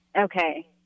Okay